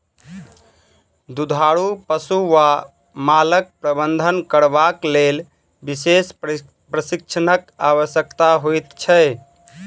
दुधारू पशु वा मालक प्रबंधन करबाक लेल विशेष प्रशिक्षणक आवश्यकता होइत छै